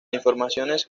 informaciones